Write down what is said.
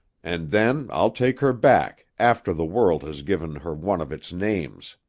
and then i'll take her back, after the world has given her one of its names